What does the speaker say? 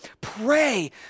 Pray